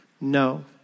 No